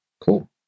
Cool